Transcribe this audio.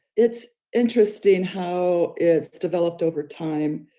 it's interesting how it's developed over time,